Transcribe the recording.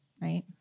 right